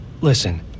Listen